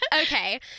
Okay